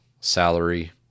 salary